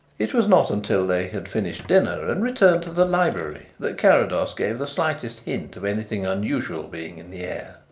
it was not until they had finished dinner and returned to the library that carrados gave the slightest hint of anything unusual being in the air.